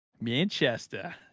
Manchester